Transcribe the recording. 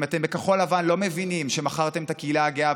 ואם אתם בכחול לבן לא מבינים שמכרתם את הקהילה הגאה,